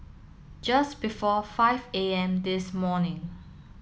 just before five A M this morning